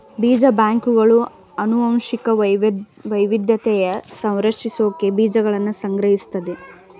ಬೀಜ ಬ್ಯಾಂಕ್ಗಳು ಅನುವಂಶಿಕ ವೈವಿದ್ಯತೆನ ಸಂರಕ್ಷಿಸ್ಸೋಕೆ ಬೀಜಗಳ್ನ ಸಂಗ್ರಹಿಸ್ತದೆ